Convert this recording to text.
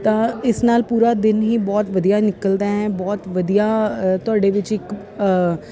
ਤਾਂ ਇਸ ਨਾਲ ਪੂਰਾ ਦਿਨ ਹੀ ਬਹੁਤ ਵਧੀਆ ਨਿਕਲਦਾ ਹੈ ਬਹੁਤ ਵਧੀਆ ਤੁਹਾਡੇ ਵਿੱਚ ਇੱਕ